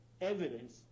evidence